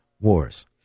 wars